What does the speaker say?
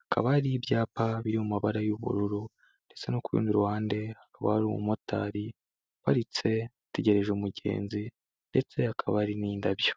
hakaba hari ibyapa biri mu mabara y'ubururu ndetse no ku rundi ruhande hari umumotari uparitse ategereje umugenzi ndetse hakaba hari n'indabyo.